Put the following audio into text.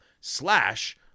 slash